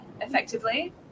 effectively